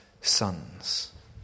sons